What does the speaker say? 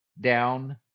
down